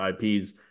IPs